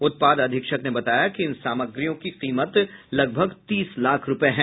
उत्पाद अधीक्षक ने बताया कि इन सामग्रियों की कीमत लगभग तीस लाख रूपये है